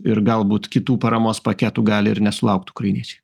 ir galbūt kitų paramos paketų gali ir nesulaukt ukrainiečiai